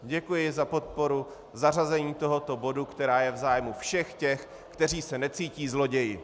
Děkuji za podporu zařazení tohoto bodu, který je v zájmu všech těch, kteří se necítí zloději.